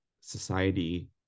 society